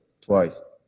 twice